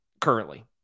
currently